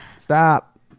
Stop